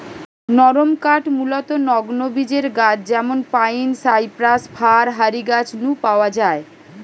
নরমকাঠ মূলতঃ নগ্নবীজের গাছ যেমন পাইন, সাইপ্রাস, ফার হারি গাছ নু পাওয়া যায়